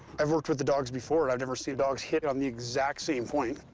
i've worked with the dogs before, i've never seen dogs hit on the exact same point.